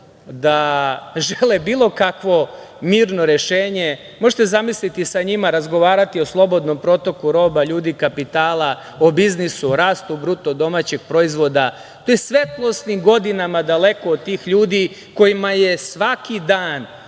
da žele bilo kakvo mirno rešenje. Možete zamisliti sa njima razgovarati o slobodnom protoku roba, ljudi, kapitala, o biznisu, o rastu bruto domaćeg proizvoda. To je svetlosnim godinama daleko od tih ljudi, kojima je svaki dan